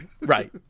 Right